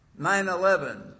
9-11